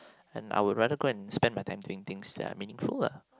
and I would rather go and spend my time doing things that are meaningful lah